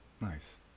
Nice